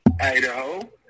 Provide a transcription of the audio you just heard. Idaho